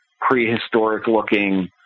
prehistoric-looking